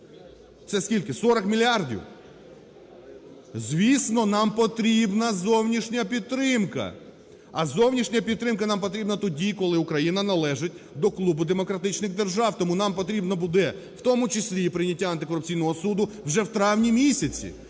Це скільки? Сорок мільярдів. Звісно, нам потрібна зовнішня підтримка, а зовнішня підтримка нам потрібна тоді, коли Україна належить до клубу демократичних держав. Тому нам потрібно буде в тому числі прийняття антикорупційного суду вже в травні місяці.